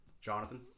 Jonathan